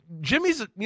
Jimmy's